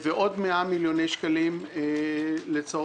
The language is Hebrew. ועוד 100 מיליוני שקלים העברה,